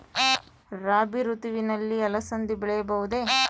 ರಾಭಿ ಋತುವಿನಲ್ಲಿ ಅಲಸಂದಿ ಬೆಳೆಯಬಹುದೆ?